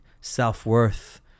self-worth